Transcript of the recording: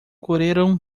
correram